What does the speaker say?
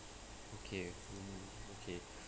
okay mmhmm okay